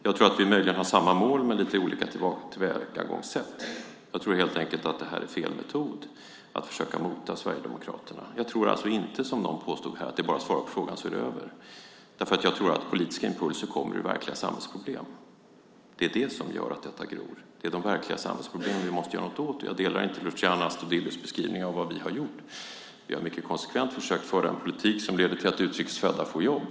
Jag tror att vi möjligen har samma mål men lite olika tillvägagångssätt. Jag tror helt enkelt att det är fel metod att försöka mota Sverigedemokraterna. Jag tror alltså inte som någon påstod här att det bara är att svara på frågan så är det över. Jag tror nämligen att politiska impulser kommer ur verkliga samhällsproblem. Det är det som gör att detta gror. Det är de verkliga samhällsproblemen som vi måste göra något åt. Jag delar inte Luciano Astudillos beskrivning av vad vi har gjort. Vi har mycket konsekvent försökt föra en politik som leder till att utrikes födda får jobb.